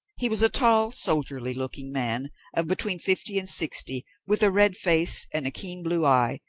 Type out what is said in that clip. he was a tall, soldierly-looking man of between fifty and sixty, with a red face and a keen blue eye,